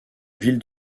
ville